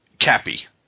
cappy